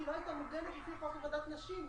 היא לא הייתה מוגנת לפי חוק עבודת נשים.